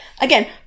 Again